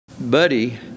buddy